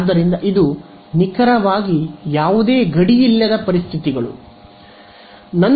ಆದ್ದರಿಂದ ಇದು ನಿಖರವಾಗಿ ಯಾವುದೇ ಗಡಿ ಪರಿಸ್ಥಿತಿಗಳು ಇಲ್ಲ